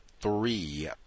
three